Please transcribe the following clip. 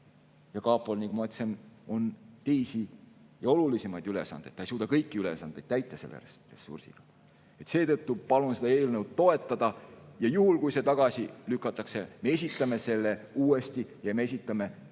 Ja kapol, nagu ma ütlesin, on teisi ja olulisemaid ülesandeid, ta ei suuda kõiki ülesandeid selle ressursiga täita. Seetõttu palun seda eelnõu toetada. Juhul, kui see tagasi lükatakse, me esitame selle uuesti. Ja me esitame